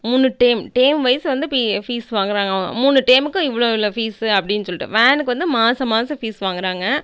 மூணு term term wise வந்து fee fees வாங்குறாங்க மூணு டேமுக்கு இவ்வளோ இவ்வளோ ஃபீஸ்ஸு அப்படின்னு சொல்லிட்டு வேனுக்கு வந்து மாதம் மாதம் ஃபீஸ் வாங்குறாங்க